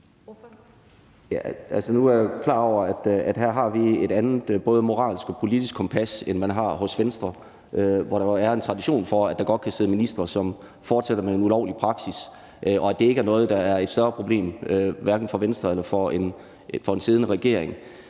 Nu er jeg jo klar over, at her har vi et andet både moralsk og politisk kompas, end man har hos Venstre, hvor der jo er en tradition for, at der godt kan sidde ministre, som fortsætter med en ulovlig praksis, og at det ikke er noget, der er et større problem, hverken for Venstre eller for en siddende regering.